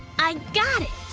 i got it!